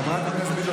חברת הכנסת ביטון,